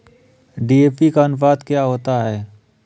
DAP का अनुपात क्या होता है?